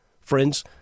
friends